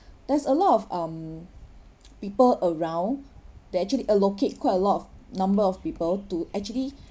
there's a lot of um people around they actually allocate quite a lot of number of people to actually